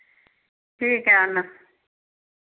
ठीक है आना